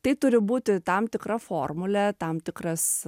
tai turi būti tam tikra formulė tam tikras